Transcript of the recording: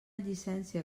llicència